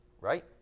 right